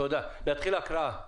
תודה, להתחיל הקראה.